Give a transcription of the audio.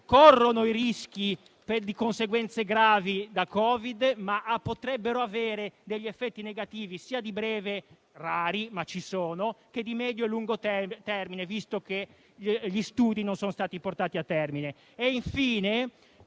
corrono rischi di conseguenze gravi da Covid, ma potrebbero avere degli effetti negativi sia di breve termine - rari, ma ci sono - che di medio o lungo termine, visto che gli studi non sono stati portati a termine.